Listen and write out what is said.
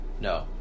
No